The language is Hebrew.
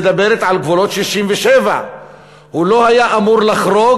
שמדברת על גבולות 67'. הוא לא היה אמור לחרוג